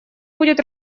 будет